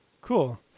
cool